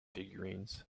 figurines